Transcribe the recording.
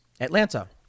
Atlanta